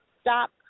stop